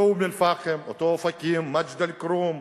אותו אום-אל-פחם, אותו אופקים, מג'ד-אל-כרום,